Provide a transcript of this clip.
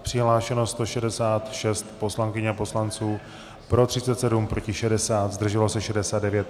Přihlášeno 166 poslankyň a poslanců, pro 37, proti 60, zdrželo se 69.